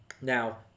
Now